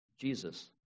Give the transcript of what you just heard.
Jesus